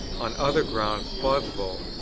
on other grounds plausible,